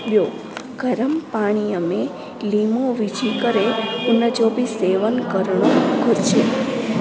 ॿियो गरम पाणीअ में लीमो विझी करे उन जो बि सेवन करणु घुर्जे